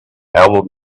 elbowed